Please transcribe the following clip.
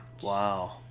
Wow